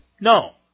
No